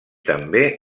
també